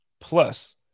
Plus